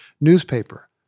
newspaper